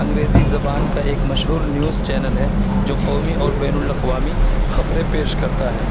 انگریزی زبان کا ایک مشہور نیوز چینل ہے جو قومی اور بین الاقوامی خبریں پیش کرتا ہے